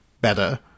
better